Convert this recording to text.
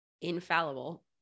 infallible